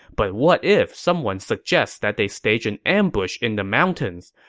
but what if someone suggests that they stage an ambush in the mountains?